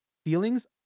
feelings